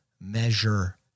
measure